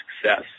success